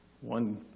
One